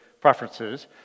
preferences